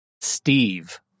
Steve